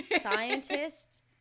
scientists